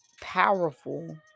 powerful